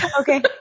Okay